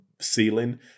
ceiling